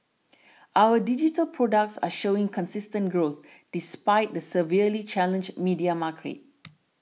our digital products are showing consistent growth despite the severely challenged media market